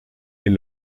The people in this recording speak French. est